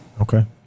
Okay